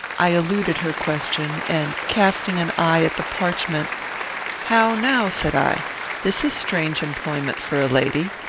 i eluded her question, and, casting an eye at the parchment how now? said i this is strange employment for a lady.